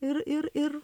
ir ir ir